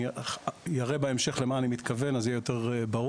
אני אראה בהמשך למה אני מתכוון אז זה יהיה יותר ברור.